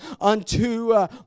unto